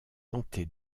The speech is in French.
tenté